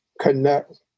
connect